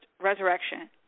resurrection